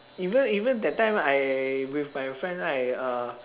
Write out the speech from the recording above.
even even that time I with my friend right uh